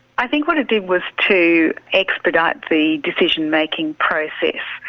i think what it did was to expedite the decision-making process.